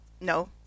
No